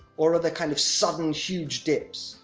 or are there, kind of, sudden huge dips.